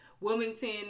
Wilmington